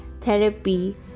Therapy